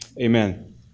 amen